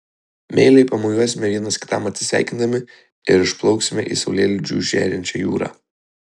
meiliai pamojuosime vienas kitam atsisveikindami ir išplauksime į saulėlydžiu žėrinčią jūrą